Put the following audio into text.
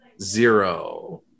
zero